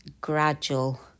gradual